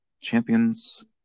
champions